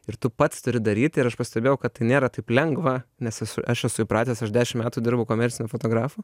ir tu pats turi daryti ir aš pastebėjau kad nėra taip lengva nes esu aš esu įpratęs aš dešim metų dirbau komerciniu fotografu